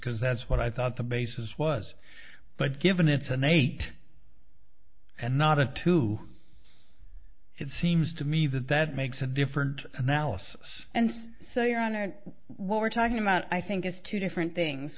because that's what i thought the basis was but given it's an eight and not a too it seems to me that that makes a different analysis and so your honor we're talking about i think is two different things